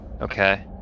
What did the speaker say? Okay